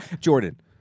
Jordan